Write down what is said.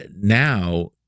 now